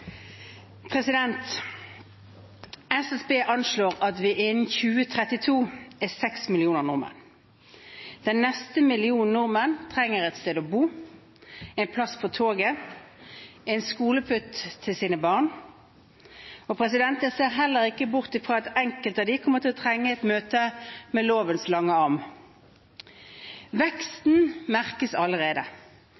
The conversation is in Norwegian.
SSB anslår at vi innen 2032 er seks millioner nordmenn. Den neste millionen nordmenn trenger et sted å bo, en plass på toget, en skolepult til sine barn, og jeg ser heller ikke bort fra at enkelte av dem kommer til å trenge et møte med lovens lange arm.